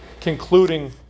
concluding